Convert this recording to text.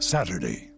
Saturday